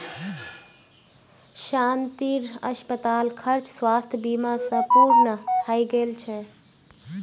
शांतिर अस्पताल खर्च स्वास्थ बीमा स पूर्ण हइ गेल छ